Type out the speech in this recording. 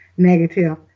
negative